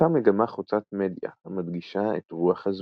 התפתחה מגמה חוצת מדיה, המדגישה את רוח הזמן.